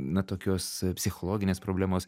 na tokios psichologinės problemos